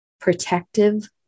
protective